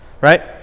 right